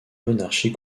monarchie